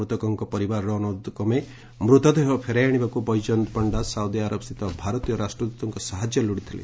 ମୃତକଙ୍କ ପରିବାରର ଅନୁରୋଧକ୍ରମେ ମୃତଦେହ ଫେରାଇ ଆଣିବାକୁ ବୈଜୟନ୍ତ ପଣ୍ଣା ସାଉଦି ଆରବସ୍ଥିତ ଭାରତୀୟ ରାଷ୍ଟ୍ରଦୃତଙ୍କ ସାହାଯ୍ୟ ଲୋଡ଼ିଥିଲେ